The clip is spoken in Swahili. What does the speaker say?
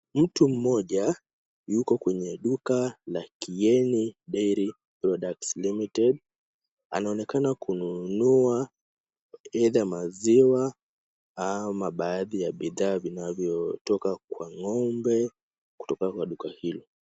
Mtu mmoja, yuko kwenye duka la Kieni Dairy Products Limited. Anaonekana kununua either maziwa au baadhi ya bidhaa vinavyotoka kwa ng’ombe kutoka kwa duka hilo.